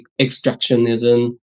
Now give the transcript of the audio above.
extractionism